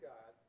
God